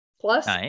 Plus